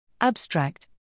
Abstract